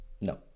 No